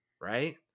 right